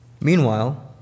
meanwhile